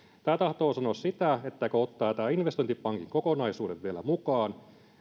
tämä tahtoo sanoa sitä että kun ottaa tämän investointipankin kokonaisuuden vielä mukaan